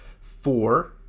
four